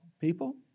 people